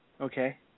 Okay